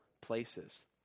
places